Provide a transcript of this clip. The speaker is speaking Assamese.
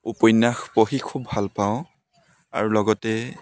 উপন্যাস পঢ়ি খুব ভাল পাওঁ আৰু লগতে